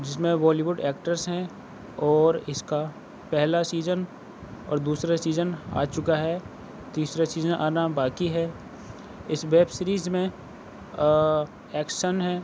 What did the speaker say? جس میں Bollywood actress ہیں اور اس کا پہلا سیزن اور دوسرا سیزن آ چكا ہے تیسرا سیزن آنا باقی ہے اس ویب سیریز میں ایکشن ہے